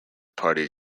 party